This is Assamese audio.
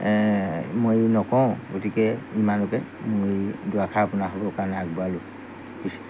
মই নকওঁ গতিকে ইমানকে মই দুআষাৰ আপোনাৰ হ'বৰ কাৰণে আগবঢ়ালোঁ কিছু